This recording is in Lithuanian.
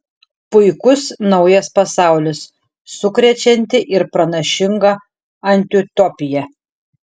puikus naujas pasaulis sukrečianti ir pranašinga antiutopija